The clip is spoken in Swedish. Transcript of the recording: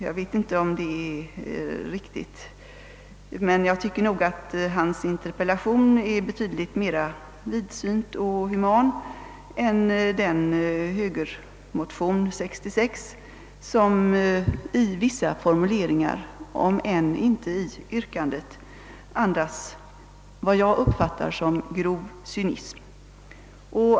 Jag vet inte om det är riktigt, men jag tycker nog att hans interpellation är betydligt mer vidsynt och human än högermotionen 1966, som i vissa formu, leringar om än inte i yrkandet andades vad jag uppfattar som grov cynism.